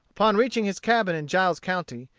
upon reaching his cabin in giles county,